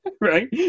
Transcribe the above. Right